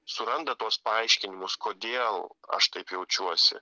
suranda tuos paaiškinimus kodėl aš taip jaučiuosi